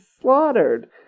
slaughtered